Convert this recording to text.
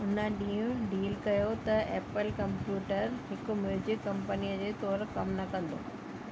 उन ॾींहुं डील कयो त एप्पल कंप्यूटर हिकु म्यूजिक कंपनीअ जे तौरु कम न कंदो